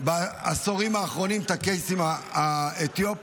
ובעשורים האחרונים את הקייסים האתיופים,